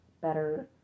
better